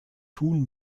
tun